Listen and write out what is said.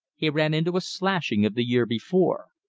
he ran into a slashing of the year before.